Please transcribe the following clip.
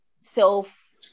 self